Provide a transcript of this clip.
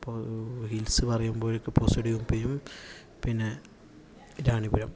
hills പറയുമ്പഴേക്കും പോസാടി ഗുമ്പെയും പിന്നെ റാണിപുരം